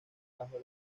bajo